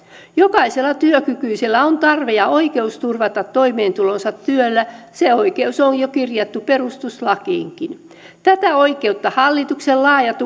jokaisella työkykyisellä on tarve ja oikeus turvata toimeentulonsa työllä ja se oikeus on jo kirjattu perustuslakiinkin tätä oikeutta hallituksen laajat